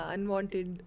Unwanted